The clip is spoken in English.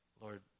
Lord